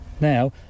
Now